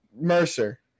Mercer